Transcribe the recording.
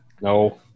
No